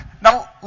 Now